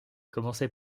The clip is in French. commencé